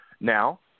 Now